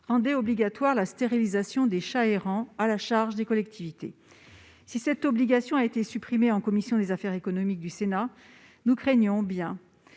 rendait obligatoire la stérilisation des chats errants à la charge des collectivités. Si cette obligation a été supprimée par la commission des affaires économiques du Sénat, nous craignons